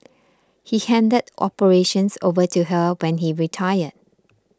he handed operations over to her when he retired